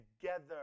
together